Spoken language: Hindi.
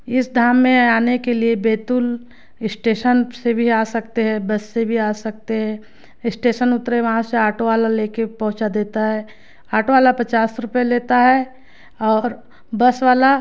इस धाम में आने के लिए बैतुल स्टेसन से भी आ सकते है बस से भी आ सकते है इस्टेसन उतरे वहाँ से आटो वाला लेके पहोचा देता है आटो वाला पचास रुपये लेता है और बस वाला